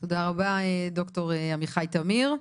תודה רבה ד"ר עמיחי טמיר.